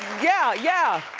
yeah, yeah.